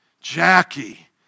Jackie